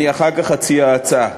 אני אחר כך אציע הצעה.